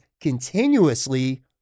continuously